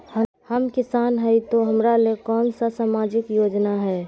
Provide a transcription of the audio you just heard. हम किसान हई तो हमरा ले कोन सा सामाजिक योजना है?